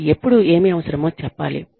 వారికి ఎప్పుడు ఏమి అవసరమో చెప్పాలి